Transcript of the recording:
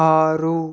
ఆరు